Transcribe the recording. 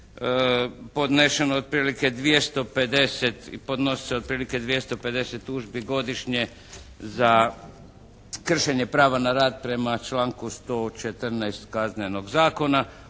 podnešeno otprilike 250, podnosilo se otprilike 250 tužbi godišnje za kršenje prava na rad prema članku 114. Kaznenog zakona.